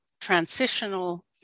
transitional